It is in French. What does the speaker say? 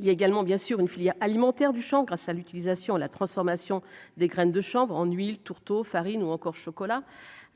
Il y a également, bien sûr, une filière alimentaire du Champ grâce à l'utilisation à la transformation des graines de chanvre en huiles tourteaux farine ou encore chocolat